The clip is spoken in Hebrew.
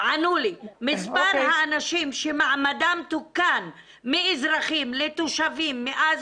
ענו לי: מספר האנשים שמעמדם תוקן מאזרחים לתושבים מאז